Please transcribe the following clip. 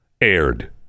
aired